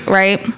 right